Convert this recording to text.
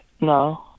No